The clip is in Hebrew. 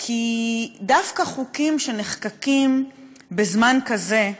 כי דווקא חוקים שנחקקים בזמן כזה,